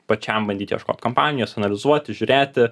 pačiam bandyt ieškoti kompanijos analizuoti žiūrėti